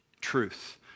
truth